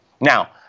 Now